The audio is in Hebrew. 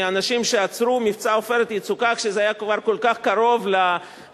מאנשים שעצרו את מבצע "עופרת יצוקה" כשזה היה כבר כל כך קרוב להשלמה,